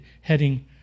heading